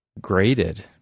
graded